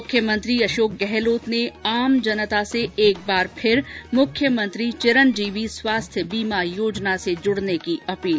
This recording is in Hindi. मुख्यमंत्री अशोक गहलोत ने आम जनता से एक बार फिर मुख्यमंत्री चिरंजीवी स्वास्थ्य बीमा योजना से जुडने की अपील